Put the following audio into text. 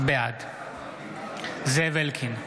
בעד זאב אלקין,